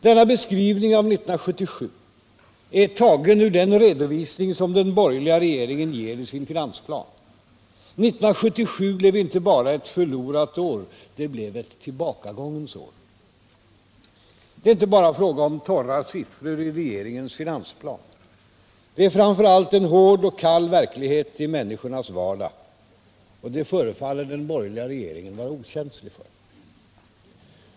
Denna beskrivning av 1977 är tagen ur den redovisning som den borgerliga regeringen ger i sin finansplan. 1977 blev inte bara ett förlorat år, det blev ett tillbakagångens år. Det är inte bara fråga om torra siffror i regeringens finansplan. Det är framför allt en hård och kall verklighet i människornas vardag. Detta förefaller den borgerliga regeringen vara okänslig för.